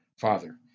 Father